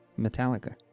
Metallica